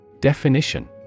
Definition